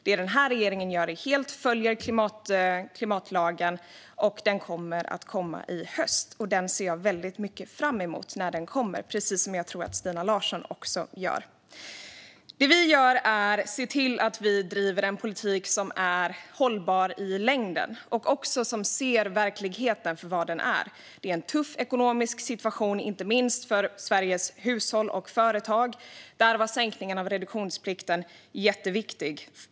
Det denna regering gör är att följa klimatlagen helt och hållet, och handlingsplanen kommer att komma i höst. Jag ser väldigt mycket fram emot den, precis som jag tror att Stina Larsson gör. Det vi gör är att se till att driva en politik som är hållbar i längden och som även ser verkligheten som den är. Vi är i en tuff ekonomisk situation inte minst för Sveriges hushåll och företag, och därför var sänkningen av reduktionsplikten jätteviktig.